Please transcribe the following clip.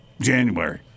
January